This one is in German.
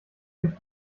durch